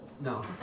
No